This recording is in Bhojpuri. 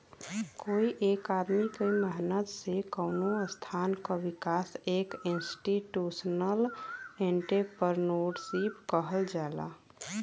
कोई एक आदमी क मेहनत से कउनो संस्था क विकास के इंस्टीटूशनल एंट्रेपर्नुरशिप कहल जाला